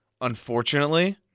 unfortunately